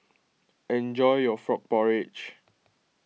enjoy your Frog Porridge